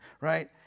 right